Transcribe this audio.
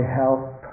help